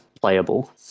playable